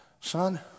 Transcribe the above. son